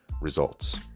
results